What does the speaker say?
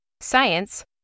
science